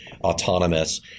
autonomous